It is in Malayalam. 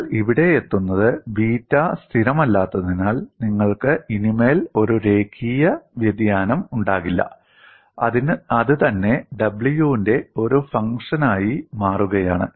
നിങ്ങൾ ഇവിടെയെത്തുന്നത് ബീറ്റ സ്ഥിരമല്ലാത്തതിനാൽ നിങ്ങൾക്ക് ഇനിമേൽ ഒരു രേഖീയ വ്യതിയാനം ഉണ്ടാകില്ല അത് തന്നെ w ന്റെ ഒരു ഫംഗ്ഷനായി മാറുകയാണ്